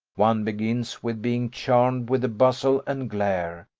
one begins with being charmed with the bustle and glare,